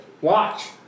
Watch